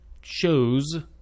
shows